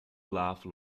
love